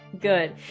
Good